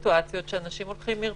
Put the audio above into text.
יש הרבה סיטואציות שאנשים הולכים מרצונם,